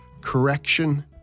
correction